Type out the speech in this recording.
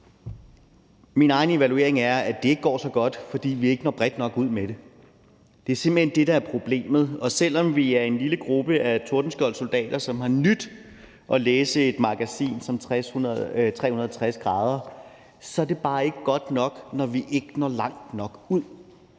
Min egen evaluering er, at det ikke går så godt, fordi vi ikke når bredt nok ud med det. Det er simpelt hen det, der er problemet, og selv om vi er en lille gruppe af Tordenskjolds soldater, som har nydt at læse et magasin som Magasinet 360°, er det bare ikke godt nok, når vi ikke når langt nok ud.